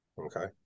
Okay